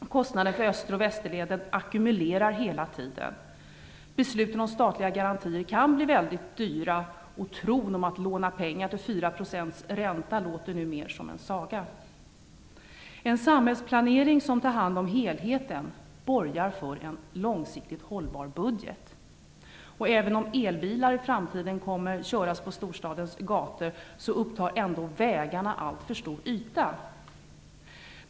Kostnaderna för öster och västerleden ackumulerar hela tiden. Besluten om statliga garantier kan blir väldigt dyra, och tron om att låna pengar till 4 % ränta låter numera som en saga. En samhällsplanering som tar hand om helheten borgar för en långsiktigt hållbar budget. Även om elbilar kommer att köra på storstadens gator i framtiden, upptar ändå vägarna alltför stor yta.